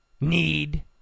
need